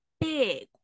big